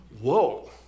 Whoa